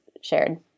shared